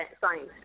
science